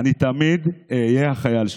אני תמיד אהיה החייל שלך,